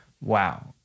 Wow